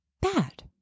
bad